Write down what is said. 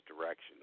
direction